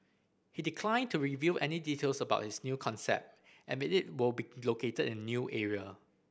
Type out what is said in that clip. he declined to reveal any details about his new concept and it will be located in a new area